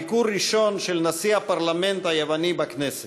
ביקור ראשון של נשיא הפרלמנט היווני בכנסת.